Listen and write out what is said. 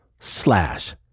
slash